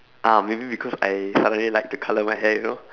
ah maybe because I suddenly like to colour my hair you know